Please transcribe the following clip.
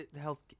health